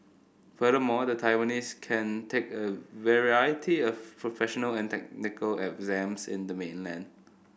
furthermore the Taiwanese can take a variety of professional and technical exams in the mainland